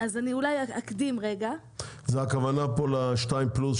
אז אני אולי אני אקדים רגע --- הכוונה פה לשתיים פלוס,